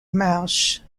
marches